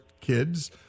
kids